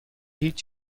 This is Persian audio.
هیچ